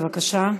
בבקשה.